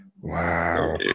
Wow